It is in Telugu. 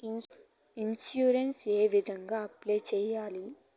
ఇన్సూరెన్సు ఏ విధంగా క్లెయిమ్ సేయాలి?